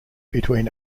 between